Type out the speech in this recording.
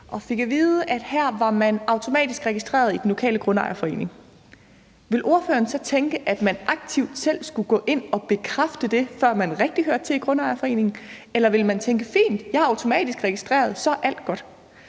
og fik at vide, at her var man automatisk registreret i den lokale grundejerforening. Ville ordføreren så tænke, at man selv aktivt skulle gå ind og bekræfte det, før man rigtig hørte til i grundejerforeningen, eller ville man tænke: Fint, jeg er automatisk registreret, så er alt godt?